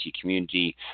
community